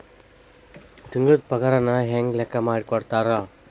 ತಿಂಗಳದ್ ಪಾಗಾರನ ಹೆಂಗ್ ಲೆಕ್ಕಾ ಮಾಡಿ ಕೊಡ್ತಾರಾ